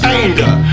anger